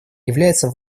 является